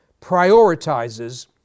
prioritizes